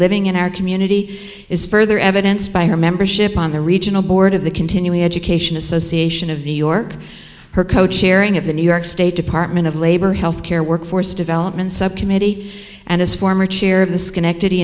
living in our community is further evidence by her membership on the regional board of the continuing education association of new york her co chairing of the new york state department of labor healthcare workforce development subcommittee and as former chair of the schenectady